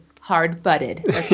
hard-butted